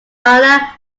anna